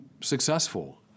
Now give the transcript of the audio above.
successful